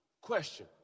Question